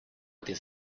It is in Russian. этой